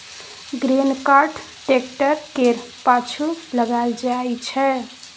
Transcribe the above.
grain cart tractor केर पाछु लगाएल जाइ छै